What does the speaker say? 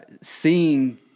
seeing